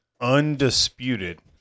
undisputed